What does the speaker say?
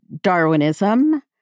Darwinism